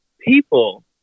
people